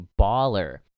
baller